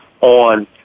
on